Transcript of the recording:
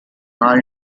carl